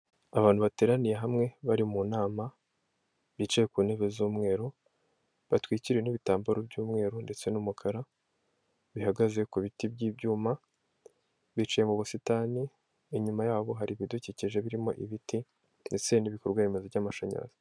Abantu bateraniye hamwe bari mu nama bicaye ku ntebe z'umweru batwikiwe n'ibitambaro by'umweru ndetse n'umukara bihagaze ku biti by'ibyuma bicaye mu busitani, inyuma yabo hari ibidukikije birimo ibiti ndetse n'ibikorwaremezo by'amashanyarazi.